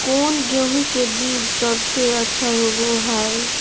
कौन गेंहू के बीज सबेसे अच्छा होबो हाय?